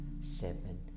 seven